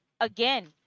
again